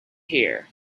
here